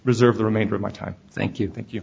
reserve the remainder of my time thank you thank you